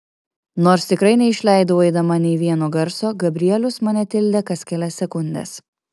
nors tikrai neišleidau eidama nė vieno garso gabrielius mane tildė kas kelias sekundes